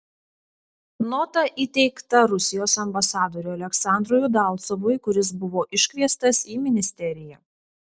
nota įteikta rusijos ambasadoriui aleksandrui udalcovui kuris buvo iškviestas į ministeriją